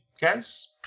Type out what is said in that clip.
guys